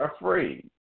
afraid